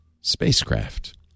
spacecraft